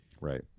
Right